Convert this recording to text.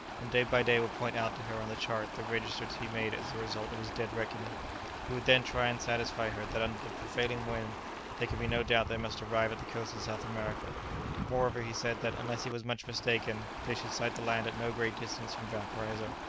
and day by day would point out to her on the chart the registers he made as the result of his dead reckoning he would then try and satisfy her that under the prevailing wind there could be no doubt they must arrive at the coast of south america moreover, he said that, unless he was much mistaken, they should sight the land at no great distance from valparaiso.